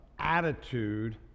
attitude